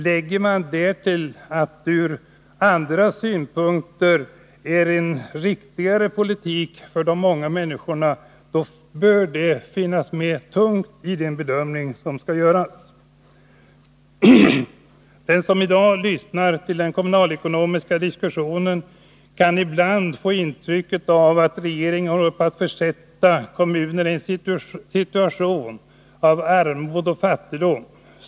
Lägger man därtill att det ur andra synpunkter är en riktigare politik för de många människorna, bör detta väga tungt i den bedömning som skall göras. Den som i dag lyssnar till den kommunalekonomiska diskussionen kan ibland få intrycket av att regeringen håller på att försätta kommunerna i en situation av armod och fattigdom.